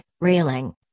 Railing